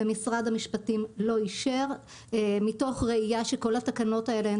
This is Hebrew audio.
ומשרד המשפטים לא אישר מתוך ראיה שכל התקנות האלה הן